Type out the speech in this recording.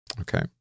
okay